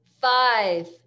five